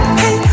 hey